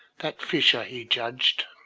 that fissure, he judged,